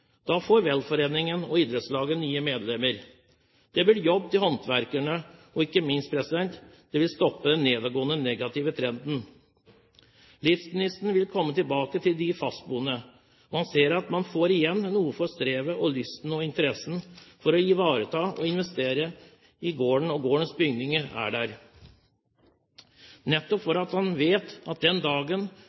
Da får velforeningen og idrettslaget nye medlemmer. Det blir jobb til håndverkerne, og, ikke minst, det vil stoppe den nedadgående, negative trenden. Livsgnisten vil komme tilbake til de fastboende. Man ser at man får igjen noe for strevet, og lysten til og interessen for å ivareta og investere i gården og gårdens bygninger er der nettopp fordi man vet at den dagen